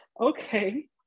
okay